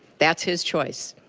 that's his choice.